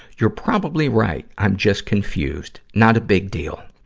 you're probably right i'm just confused. not a big deal.